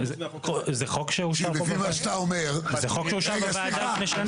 זה חוק שאושר בוועדה לפני שנה.